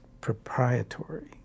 proprietary